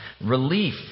Relief